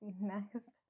next